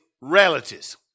relatives